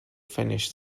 finish